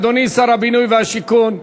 אדוני שר הבינוי והשיכון.